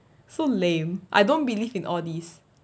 so lame I don't believe in all these